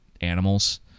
animals